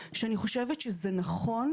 שאני חושבת שזה נכון,